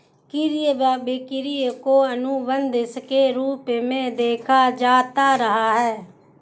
क्रय विक्रय को अनुबन्ध के रूप में देखा जाता रहा है